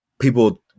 People